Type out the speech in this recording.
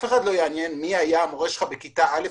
את אף אחד לא יעניין מי היה המורה שלך בכיתה א',